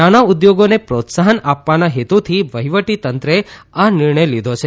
નાના ઉદ્યોગોને પ્રોત્સાહન આપવાના હેતુથી વહિવટી તંત્રે આ નિર્ણય લીધો છે